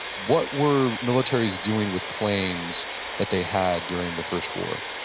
what were militaries doing with planes that they had during the first war?